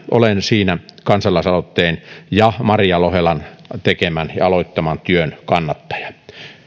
olen siinä kansalaisaloitteen ja maria lohelan tekemän ja aloittaman työn kannattaja